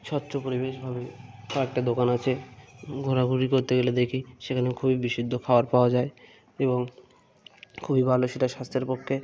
স্বচ্ছ্ব পরিবেশ ভাবে কয়েকটা দোকান আছে ঘোরাঘুরি করতে গেলে দেখি সেখানে খুবই বিশুদ্ধ খওয়ার পাওয়া যায় এবং খুবই ভালো সেটা স্বাস্থ্যের পক্ষে